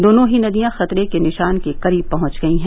दोनो ही नदियां खतरे के निशान के करीब पहुंच गयी हैं